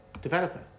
Developer